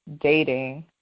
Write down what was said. dating